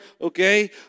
Okay